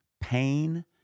pain